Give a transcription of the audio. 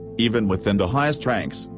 even within the highest ranks,